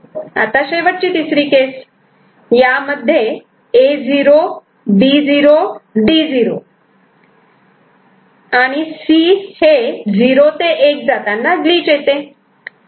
आता शेवटची तिसरी केस यामध्ये A 0 B 0 D 0 C हे ' 0 ते 1' जाताना ग्लिच येते